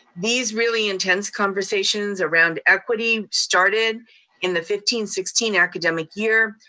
these really intense conversations around equity started in the fifteen, sixteen academic year.